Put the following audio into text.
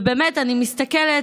ובאמת אני מסתכלת,